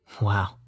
Wow